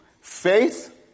faith